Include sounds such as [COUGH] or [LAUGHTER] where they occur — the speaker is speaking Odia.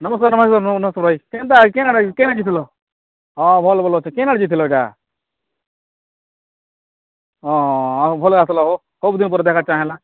ନମସ୍କାର [UNINTELLIGIBLE] ନମସ୍କାର ଭାଇ କେନ୍ତା କେଣା କେଣା ଯାଇଥିଲ ହଁ ଭଲ ଭଲ ଅଛେ କେଣା ଆଡ଼େ ଯାଇଥିଲ ଏଟା ହଁ ଆଉ ଭଲ ଆସିଲ ହୋ ସବୁଦିନ ପରି ଦେଖା ଚାହା ହେଲା